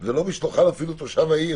זה לא משלוחן אפילו תושב העיר,